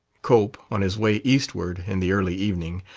cope, on his way eastward, in the early evening,